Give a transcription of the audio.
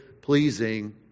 pleasing